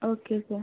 okay sir